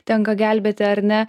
tenka gelbėti ar ne